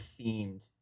themed